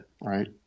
right